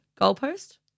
goalpost